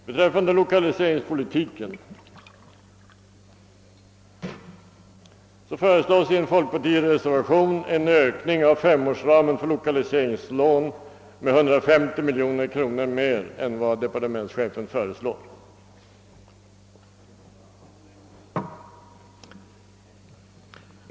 Beträffande lokaliseringspolitiken föreslås i en folkpartireservation en ökning av femårsramen för lokaliseringslån med 150 miljoner kronor mer än vad departementschefen föreslår.